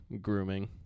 grooming